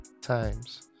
times